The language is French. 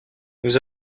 nous